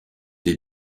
des